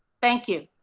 thank you,